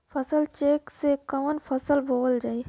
फसल चेकं से कवन फसल बोवल जाई?